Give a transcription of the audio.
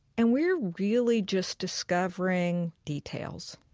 and we're really just discovering details.